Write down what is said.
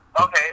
Okay